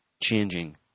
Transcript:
changing